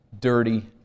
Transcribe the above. Dirty